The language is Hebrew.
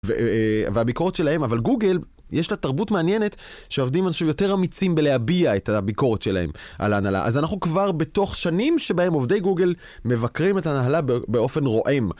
והביקורת שלהם. אבל גוגל, יש לה תרבות מעניינת של עובדים שהם יותר אמיצים בלהביע את הביקורת שלהם על ההנהלה. אז אנחנו כבר בתוך שנים שבהם עובדי גוגל מבקרים את הנהלה באופן רועם.